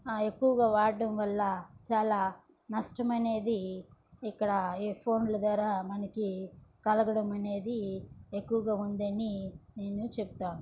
ఎక్కువగా వాడటం వల్ల చాలా నష్టమనేది ఇక్కడ ఈ ఫోన్లు ద్వారా మనకి కలగడమనేది ఎక్కువగా ఉందని నేను చెప్తాను